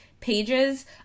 pages